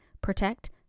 protect